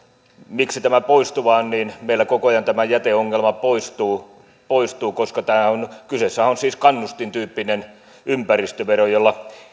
miksi tämä on poistuva niin meillä koko ajan tämä jäteongelma poistuu poistuu koska kyseessähän on siis kannustintyyppinen ympäristövero jolla